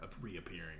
reappearing